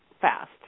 fast